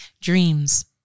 Dreams